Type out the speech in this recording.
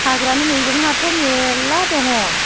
हाग्रानि मैगङाथ' मेरला दङ